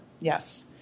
Yes